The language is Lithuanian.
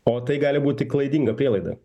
o tai gali būti klaidinga prielaida